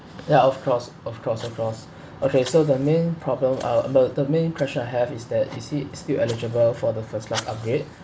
ya of course of course of course okay so the main problem uh but the main question I have is that is he still eligible for the first class upgrade